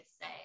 say